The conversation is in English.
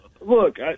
look